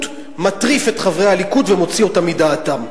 מטריף את חברי הליכוד ומוציא אותם מדעתם,